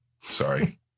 Sorry